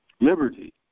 liberty